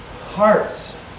hearts